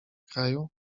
kraju